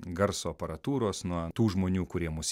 garso aparatūros nuo tų žmonių kurie mus